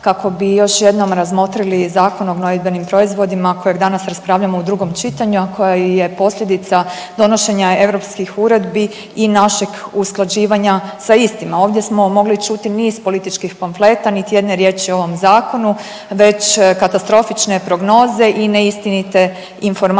kako bi još jednom razmotrili Zakon o gnojidbenim proizvodima kojeg danas raspravljamo u drugom čitanju, a koji je posljedica donošenja europskih uredbi i našeg usklađivanja sa istima. Ovdje smo mogli čuti niz političkih pamfleta, niti jedne riječi o ovom zakonu već katastrofične prognoze i neistinite informacije